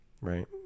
right